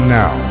now